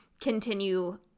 continue